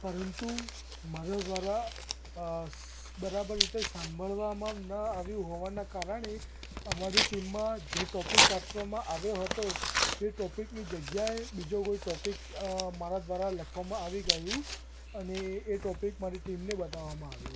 પરંતુ મારા દ્વારા અસ બરાબર રીતે સાંભળવામાં ન આવ્યું હોવાને કારણે અમારી ટીમમાં જે ટૉપીક આપવામાં આવ્યો હતો એ ટૉપિકની જગ્યાએ બીજો કોઈ ટૉપિક મારા દ્વારા લખવામાં આવી ગયું અને એ ટૉપિક મારી ટીમને બતાવવામાં આવ્યું